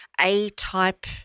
A-type